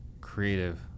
creative